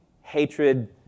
hatred